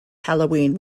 halloween